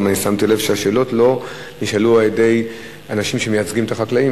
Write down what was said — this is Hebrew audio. שמתי לב שהשאלות לא נשאלו על-ידי אנשים שמייצגים את החקלאות,